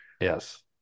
Yes